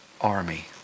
army